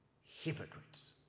Hypocrites